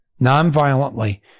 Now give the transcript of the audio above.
nonviolently